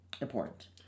important